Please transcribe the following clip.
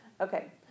Okay